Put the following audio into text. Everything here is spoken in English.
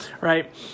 right